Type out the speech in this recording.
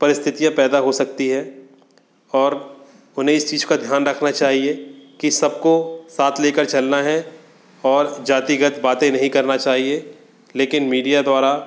परिस्थितियाँ पैदा हो सकती है और उन्हें इस चीज़ का ध्यान रखना चाहिए कि सब को साथ ले कर चलना है और जातिगंत बातें नहीं करना चाहिए लेकिन मीडिया द्वारा